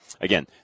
Again